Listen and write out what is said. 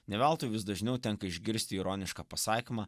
ne veltui vis dažniau tenka išgirsti ironišką pasakymą